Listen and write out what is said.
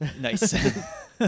Nice